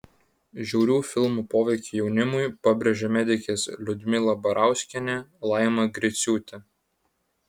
žiaurių filmų poveikį jaunimui pabrėžė medikės liudmila barauskienė laima griciūtė